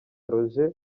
roger